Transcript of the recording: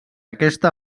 aquesta